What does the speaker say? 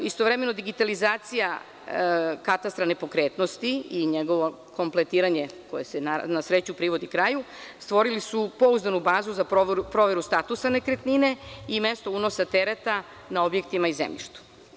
Istovremeno, digitalizacija Katastra nepokretnosti i njegovo kompletiranje, koje se naravno sreću i privode kraju, stvorili su pouzdanu bazu za proveru statusa nekretnine i mesto unosa tereta na objektima i zemljištu.